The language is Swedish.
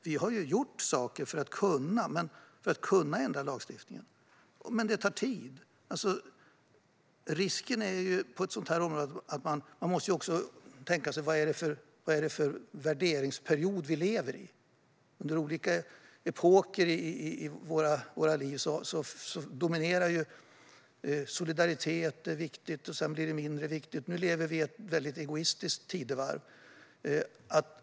Vi har gjort saker för att kunna ändra lagstiftningen, men det tar tid. Det finns en risk på ett sådant område. Vad är det för värderingsperiod vi lever i? Under olika epoker i våra liv dominerar solidaritet och är viktigt, och sedan blir det mindre viktigt. Nu lever vi i ett väldigt egoistiskt tidevarv.